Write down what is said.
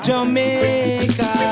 Jamaica